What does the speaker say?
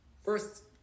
first